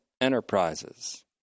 enterprises